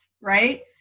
right